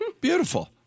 Beautiful